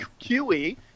qe